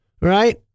right